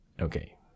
Okay